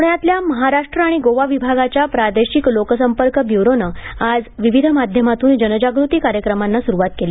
पुण्याल्या महाराष्ट्र आणि गोवा विभागाच्या प्रादेशिक लोकसंपर्क ब्यूरोनं आज विविध माध्यमातून जनजागृती कार्यक्रमांना सुरुवात केली